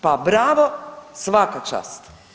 Pa bravo, svaka čast.